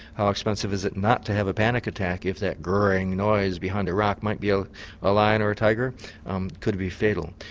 how expensive is it not to have a panic attack if that grrr-ing noise behind a rock might be a a lion or a tiger? it um could be fatal.